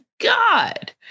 God